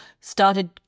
started